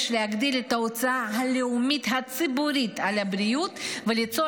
יש להגדיל את ההוצאה הלאומית הציבורית על הבריאות וליצור